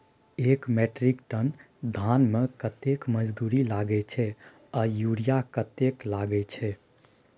एक metric ton धान में कतेक मजदूरी लागे छै आर यूरिया कतेक लागे छै?